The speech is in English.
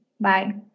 Bye